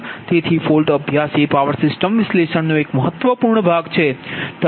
તેથી ફોલ્ટ અભ્યાસ એ પાવર સિસ્ટમ વિશ્લેષણનો એક મહત્વપૂર્ણ ભાગ છે